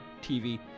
TV